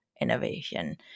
innovation